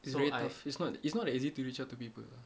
it's very tough it's not it's not that easy to reach out to people ah